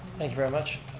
thank you very much.